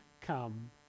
come